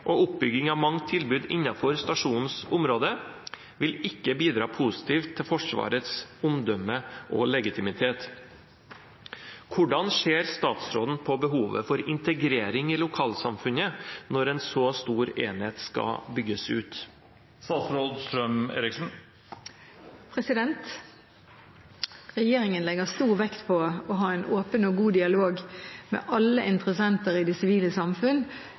og oppbygging av mange tilbud innenfor stasjonens område vil ikke bidra positivt til Forsvarets omdømme og legitimitet. Hvordan ser statsråden på behovet for integrering i lokalsamfunnet når en så stor enhet skal bygges ut?» Regjeringen legger stor vekt på å ha en åpen og god dialog med alle interessenter i det sivile samfunn